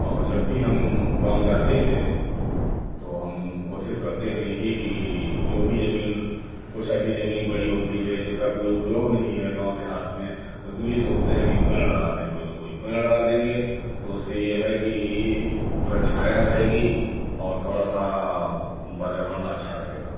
और जब भी हम गाँव जाते हैं तो हम कोशिश करते हैं यही कि जो भी जमीन कुछ ऐसी जमीन पड़ी होती है जिसका कोई उपयोग नहीं है गाँव देहात में उस पे सोचते हैं कि पेड़ लगा दें कोई न कोई पेड़ लगा देंगे तो उससे ये है कि जो है छाया रहेगी और थोड़ा सा पर्यावरण अच्छा रहेगा